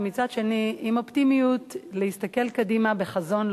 ומצד שני עם אופטימיות להסתכל קדימה בחזון.